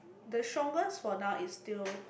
the strongest for now is still